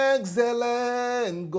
Excellent